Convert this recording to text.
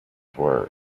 work